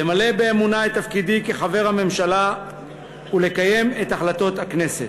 למלא באמונה את תפקידי כחבר הממשלה ולקיים את החלטות הכנסת.